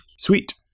Sweet